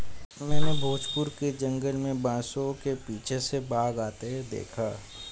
मैंने भोजपुर के जंगल में बांसों के पीछे से बाघ आते देखा